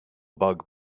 bug